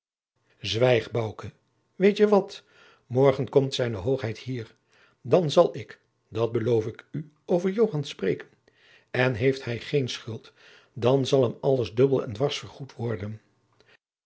bouke weet je wat morgen komt zijne hoogheid hier dan zal ik dat beloof ik u over joan spreken en heeft hij geen schuld dan zal hem alles dubbel en dwars vergoed worden